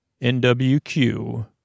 N-W-Q